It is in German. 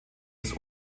des